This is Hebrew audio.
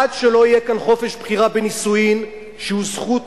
עד שלא יהיה כאן חופש בחירה בנישואין, שהוא זכות